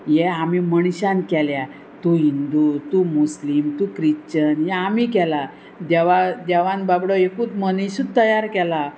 हे आमी मनशान केल्या तूं हिंदू तूं मुस्लीम तूं क्रिश्चन हें आमी केलां देवा देवान बाबडो एकूत मनीस तयार केला